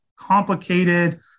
complicated